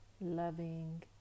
loving